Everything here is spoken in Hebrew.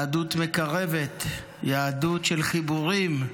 יהדות מקרבת, יהדות של חיבורים,